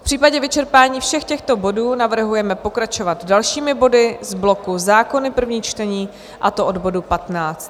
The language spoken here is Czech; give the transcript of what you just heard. V případě vyčerpání všech těchto bodů navrhujeme pokračovat dalšími body z bloku Zákony první čtení, a to od bodu 15.